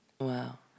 Wow